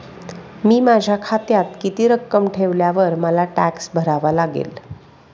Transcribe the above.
मी माझ्या खात्यात किती रक्कम ठेवल्यावर मला टॅक्स भरावा लागेल?